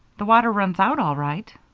the water runs out all right.